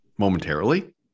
momentarily